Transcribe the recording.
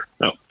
No